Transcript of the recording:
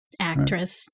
actress